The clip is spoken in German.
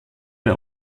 bei